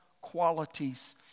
qualities